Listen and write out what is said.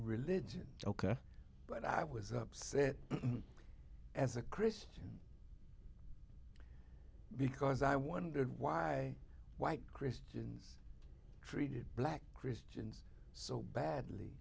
religion ok but i was upset as a christian because i wondered why white christians treated black christians so badly